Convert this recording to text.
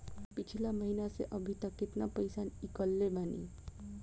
पिछला महीना से अभीतक केतना पैसा ईकलले बानी?